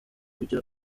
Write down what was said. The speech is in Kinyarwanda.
ujya